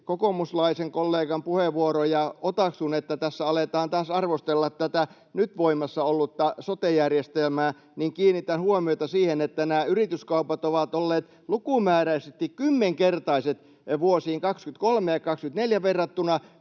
kokoomuslaisen kollegan puheenvuoroja ja otaksun, että tässä aletaan taas arvostella tätä nyt voimassa ollutta sote-järjestelmää, niin kiinnitän huomiota siihen, että nämä yrityskaupat ovat olleet lukumääräisesti kymmenkertaiset vuosiin 23 ja 24 verrattuna